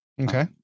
Okay